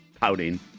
pouting